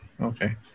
okay